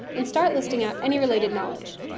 and start listing out any related knowledge.